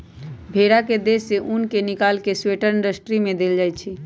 भेड़ा के देह से उन् निकाल कऽ स्वेटर इंडस्ट्री में देल जाइ छइ